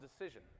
decision